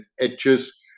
edges